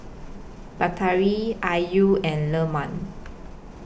Batari Ayu and Leman